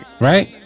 Right